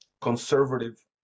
conservative